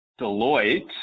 Deloitte